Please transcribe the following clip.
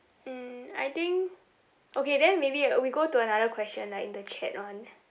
mm I think okay then maybe uh we go to another question lah in the chat [one]